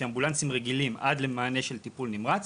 שהם אמבולנסים רגילים עד למענה של טיפול נמרץ.